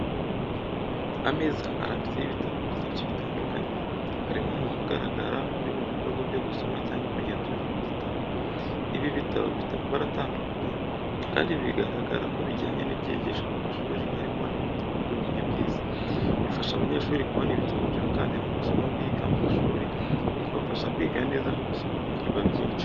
Ameza arambitseho ibitabo byinshi bitandukanye. Hariho umuntu ugaragara uri mu bikorwa byo gusoma cyangwa kugenzura igitabo. Ibi bitabo bifite amabara atandukanye kandi bigaragara ko bijyanye n’ibyigishwa mu mashuri harimo n’ibitabo by’ubumenyi bw’isi. Bifasha abanyeshuri kubona ibitabo byunganira amasomo biga mu ishuri bikabafasha kwiga neza no gusobanukirwa byinshi.